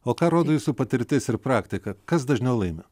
o ką rodo jūsų patirtis ir praktika kas dažniau laimi